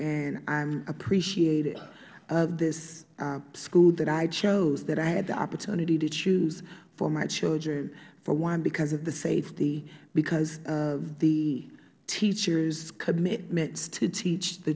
and i am appreciated of this school that i chose that i had the opportunity to choose for my children for one because of the safety because of the teachers commitments to teach the